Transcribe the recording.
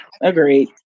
Agreed